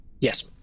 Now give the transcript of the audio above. Yes